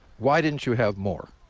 why didn't you have more?